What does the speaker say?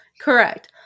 Correct